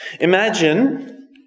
Imagine